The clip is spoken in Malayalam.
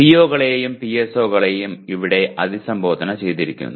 PO കളെയും PSo കളെയും ഇവിടെ അഭിസംബോധന ചെയ്തിരിക്കുന്നു